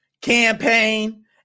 campaign